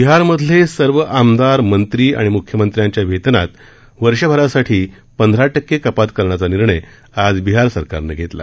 बिहार मधले सर्व आमदार मंत्री आणि म्ख्यमंत्र्यांच्या वेतनात वर्षभरासाठी पंधरा टक्के कपात करण्याचा निर्णय आज बिहार सरकारने घेतला